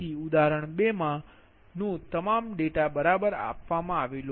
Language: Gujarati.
તેથી ઉદાહરણ 2 માં નો તમામ ડેટા બરાબર આપવામાં આવ્યો છે